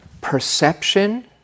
perception